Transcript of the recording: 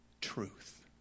Truth